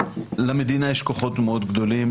למדינה יש כוחות מאוד גדולים,